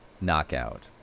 knockout